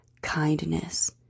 kindness